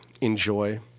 enjoy